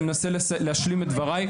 אני מנסה להשלים את דבריי,